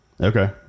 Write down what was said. Okay